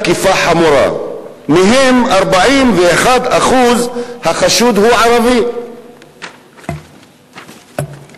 הם מודאגים יותר היום ממה שקורה באיראן -- הוא גם תומך